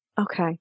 Okay